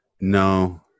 No